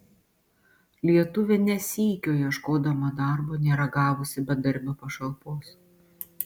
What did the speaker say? lietuvė ne sykio ieškodama darbo nėra gavusi bedarbio pašalpos